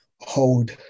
hold